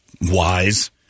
wise